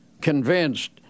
convinced